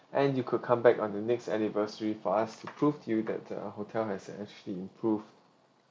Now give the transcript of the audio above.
and you could come back on the next anniversary for us to prove to you that uh hotel has actually improve